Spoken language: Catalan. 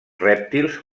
rèptils